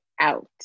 out